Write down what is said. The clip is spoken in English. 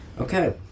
Okay